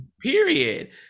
Period